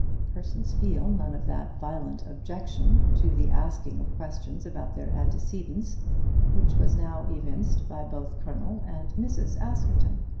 persons feel none of that violent objection to the asking of questions about their antecedents which was now evinced by both colonel and mrs. askerton.